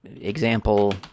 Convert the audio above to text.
example